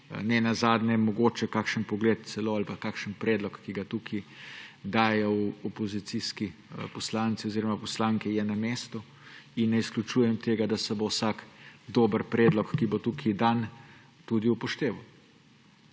Nenazadnje, mogoče kakšen pogled celo ali pa kakšen predlog, ki ga tukaj dajejo opozicijski poslanci oziroma poslanke, je na mestu in ne izključujem tega, da se bo vsak dober predlog, ki bo tukaj dan, tudi upošteval.